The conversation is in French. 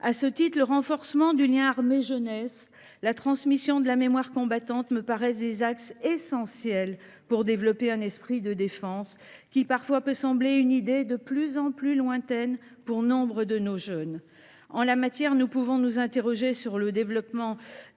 À ce titre, le renforcement du lien armées jeunesse et la transmission de la mémoire combattante me paraissent des axes essentiels pour développer un esprit de défense, qui, parfois, peut sembler une idée de plus en plus lointaine pour nombre de nos jeunes. Ainsi, nous pouvons nous interroger sur le devenir